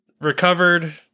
recovered